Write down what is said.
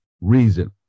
reason